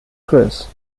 chris